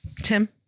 Tim